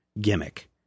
gimmick